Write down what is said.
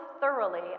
thoroughly